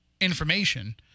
information